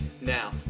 Now